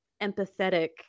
empathetic